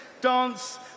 dance